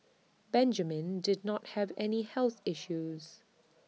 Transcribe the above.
Benjamin did not have any health issues